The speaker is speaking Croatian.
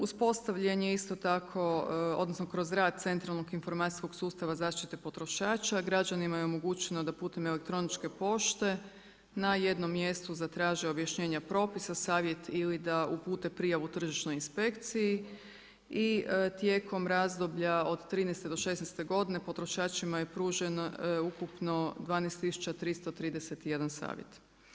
Uspostavljen je isto tako odnosno kroz rad centralnog informacijskog sustava zaštite potrošača, građanima je omogućeno da putem elektroničke pošte na jednom mjestu zatraže objašnjenje propisa, savjet ili da upute prijavu tržišnoj inspekciji i tijekom razdoblja od 2013. do 2016. godine potrošačima je pruženo ukupno 12 tisuća 331 savjet.